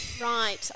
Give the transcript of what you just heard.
right